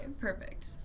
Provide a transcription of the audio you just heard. perfect